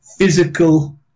physical